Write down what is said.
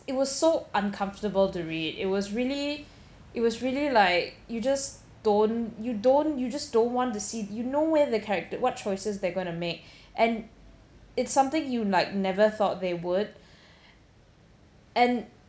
it was so uncomfortable to read it was really it was really like you just don't you don't you just don't want to see you know where the character what choices they're going to make and it's something you like never thought they would and